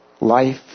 life